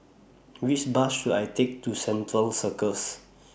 Which Bus should I Take to Central Circus